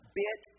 bit